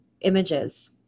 images